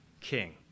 king